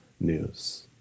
news